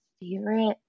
favorite